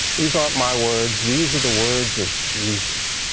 these aren't my words. these are the words of jesus.